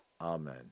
Amen